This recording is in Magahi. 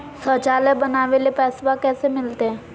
शौचालय बनावे ले पैसबा कैसे मिलते?